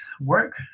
work